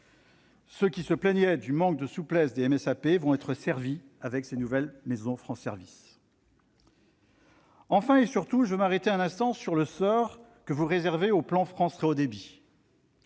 Ceux qui se plaignaient du manque de souplesse des MSAP vont être servis avec les nouvelles maisons France services ! Je m'arrêterai en second lieu un instant sur le sort que vous réservez au plan France très haut débit.